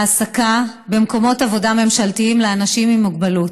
העסקה במקומות עבודה ממשלתיים לאנשים עם מוגבלות.